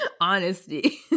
honesty